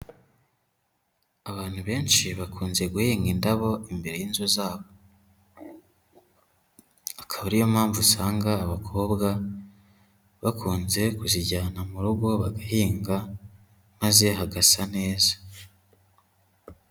Abantu benshi bakunze guhinga indabo imbere y'inzu zabo. Akaba ariyo mpamvu usanga abakobwa bakunze kuzijyana mu rugo bagahinga, maze hagasa neza.